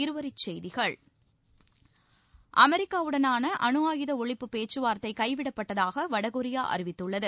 இருவரிச்செய்திகள் அமெரிக்காவுடனாள் அணுஆயுத ஒழிப்பு பேச்சுவார்த்தை கைவிடப்பட்டதாக வடகொரியா அறிவிததுள்ளது